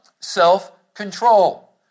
self-control